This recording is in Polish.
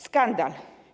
Skandal.